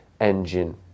engine